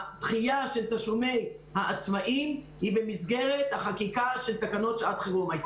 הדחייה של תשלומי העצמאים היא במסגרת החקיקה של תקנות שעת חרום.